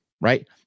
right